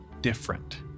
different